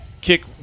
kick